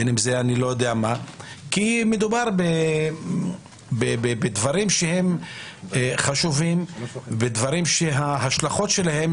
כי מדובר בדברים שהם חשובים ובדברים שההשלכות שלהם